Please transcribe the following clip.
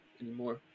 anymore